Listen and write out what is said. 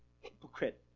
Hypocrite